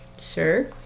sure